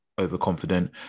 overconfident